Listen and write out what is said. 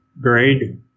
grade